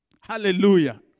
Hallelujah